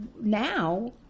now